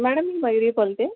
madam Mayuri बोलते